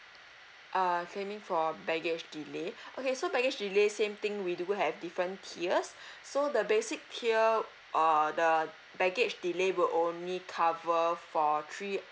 uh claiming for baggage delay okay so baggage delay same thing we do have different tiers so the basic tier uh the baggage delay will only cover for three